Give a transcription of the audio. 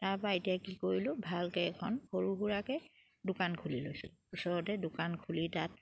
তাৰপা এতিয়া কি কৰিলোঁ ভালকে এখন সৰু সুৰাকে দোকান খুলি লৈছিলোঁ ওচৰতে দোকান খুলি তাত